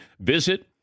Visit